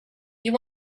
you